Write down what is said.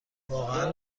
واقعا